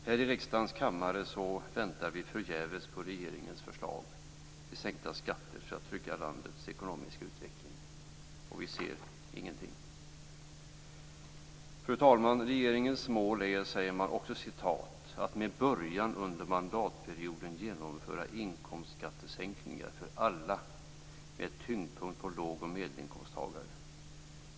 Här i riksdagens kammare väntar vi förgäves på regeringens förslag till sänkta skatter för att trygga landets ekonomiska utveckling, men vi ser ingenting. Fru talman! Det sägs också att regeringens mål är "att med början under mandatperioden genomföra inkomstskattesänkningar för alla med tyngdpunkt på låg och medelinkomsttagare.